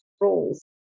roles